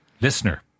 Listener